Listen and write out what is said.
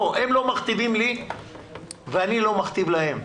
הם לא מכתיבים לי ואני לא מכתיב להם.